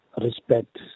respect